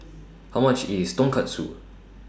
How much IS Tonkatsu